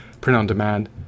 print-on-demand